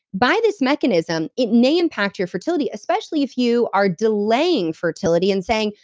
by this mechanism, it may impact your fertility, especially if you are delaying fertility and saying,